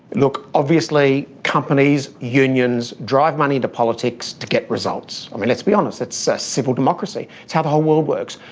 look obviously companies, unions, drive money to politics to get results. i mean let's be honest, that's so civil democracy. it's how the whole world works.